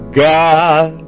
god